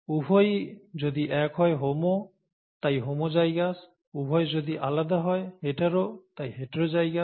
উভয়ই যদি এক হয় হোমো তাই হোমোজাইগাস উভয় যদি আলাদা হয় হেটারো তাই হিটারোজাইগাস